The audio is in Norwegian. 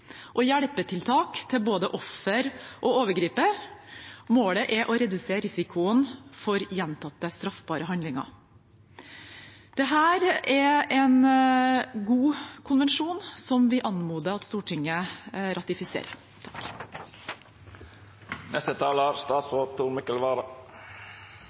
og hjelpetiltak for både offer og overgriper. Målet er å redusere risikoen for gjentatte straffbare handlinger. Dette er en god konvensjon, som vi anmoder om at Stortinget ratifiserer.